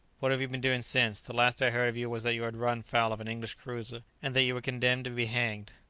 what have you been doing since? the last i heard of you was that you had run foul of an english cruiser, and that you were condemned to be hanged.